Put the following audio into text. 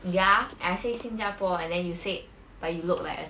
ya I say 新加坡 and then you said but you look like a